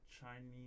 Chinese